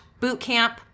bootcamp